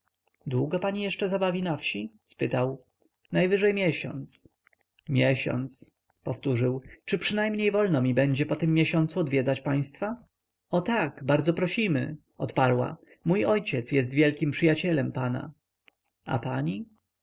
długo pani jeszcze zabawi na wsi spytał najwyżej miesiąc miesiąc powtórzył czy przynajmniej wolno mi będzie po tym miesiącu odwiedzać państwa o tak bardzo prosimy odparła mój ojciec jest wielkim przyjacielem pana a pani